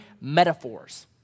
metaphors